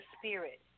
spirit